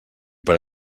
per